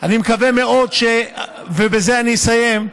אני מקווה מאוד, ובזה אני אסיים,